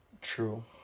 True